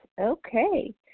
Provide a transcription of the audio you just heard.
Okay